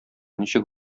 ничек